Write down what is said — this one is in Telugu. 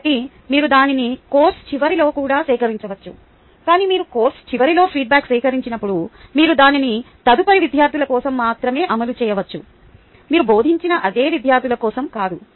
కాబట్టి మీరు దానిని కోర్సు చివరిలో కూడా సేకరించవచ్చు కానీ మీరు కోర్సు చివరిలో ఫీడ్బ్యాక్ సేకరించినప్పుడు మీరు దానిని తదుపరి విద్యార్థుల కోసం మాత్రమే అమలు చేయవచ్చు మీరు బోధించిన అదే విద్యార్థుల కోసం కాదు